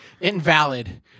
Invalid